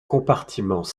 compartiment